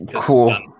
Cool